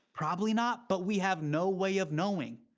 probably not, but we have no way of knowing.